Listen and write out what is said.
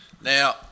Now